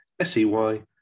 S-E-Y